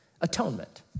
atonement